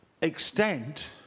extent